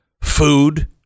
food